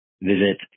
visit